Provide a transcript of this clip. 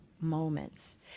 moments